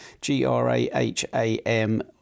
G-R-A-H-A-M